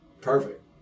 Perfect